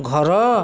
ଘର